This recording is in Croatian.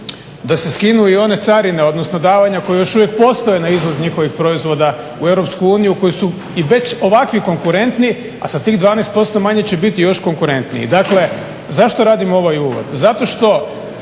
da se skinu i one carine, odnosno davanja koja još uvijek postoje na izvoz njihovih proizvoda u EU, koji su i već ovakvi konkurentni, a sa tih 12% manje će biti još konkurentniji. Dakle, zašto radim ovaj uvod? Zato što